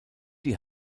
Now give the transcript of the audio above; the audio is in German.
die